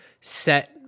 set